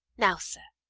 now, sir,